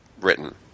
written